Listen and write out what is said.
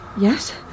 Yes